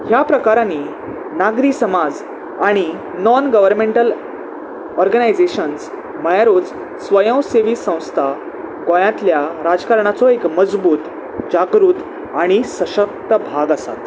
ह्या प्रकारांनी नागरी समाज आनी नॉन गवर्मेंटल ऑर्गनायजेशन्स म्हळ्यारूच स्वयं सेवी संस्था गोंयांतल्या राजकारणाचो एक मजबूत जागृत आनी सशक्त भाग आसात